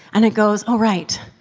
and it goes, oh right,